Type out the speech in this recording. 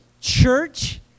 church